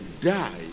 die